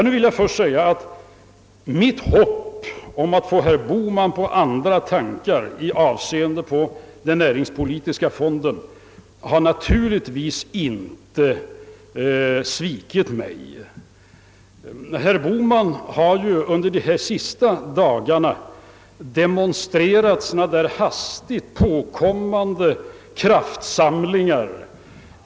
— Nu vill jag först säga, att mitt hopp om att få herr Bohman på andra tankar i avseende på den näringspolitiska fonden naturligtvis inte har svikit mig. Herr Bohman har ju under de senaste dagarna demonstrerat hastigt påkommande kraftsamlingar!